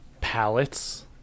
palettes